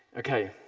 okay,